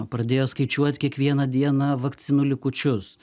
pradėjo skaičiuot kiekvieną dieną vakcinų likučius